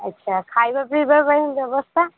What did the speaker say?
ଆଚ୍ଛା ଖାଇବା ପିଇବା ପାଇଁ ବ୍ୟବସ୍ଥା